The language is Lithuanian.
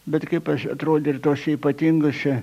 bet kaip aš atrodė ir tose ypatingose